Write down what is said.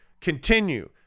continue